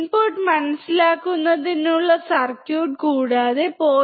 input മനസിലാക്കുന്നതിനുള്ള circuit കൂടാതെ 0